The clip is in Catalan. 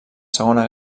segona